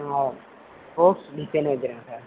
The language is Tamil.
box design sir